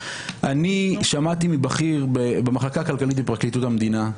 שמעתי מבכיר במחלקה הכלכלית בפרקליטות המדינה,